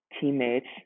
teammates